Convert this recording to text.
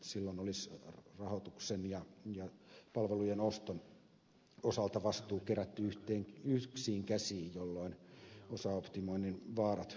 silloin olisi rahoituksen ja palvelujen oston osalta vastuu kerätty yksiin käsiin jolloin osaoptimoinnin vaarat pienenisivät